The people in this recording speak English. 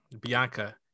Bianca